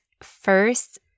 First